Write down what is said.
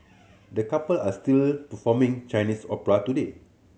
the couple are still performing Chinese opera today